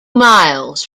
miles